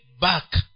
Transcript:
back